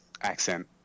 accent